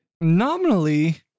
nominally